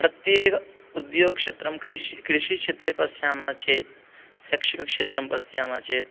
प्रत्येक उद्योगक्षेत्रं कृषिक्षेत्रे पश्यामः चेत् शैक्षिकक्षेत्रं पश्यामः चेत्